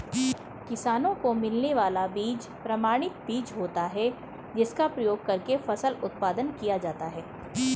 किसानों को मिलने वाला बीज प्रमाणित बीज होता है जिसका प्रयोग करके फसल उत्पादन किया जाता है